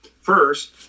first